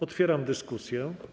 Otwieram dyskusję.